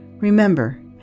Remember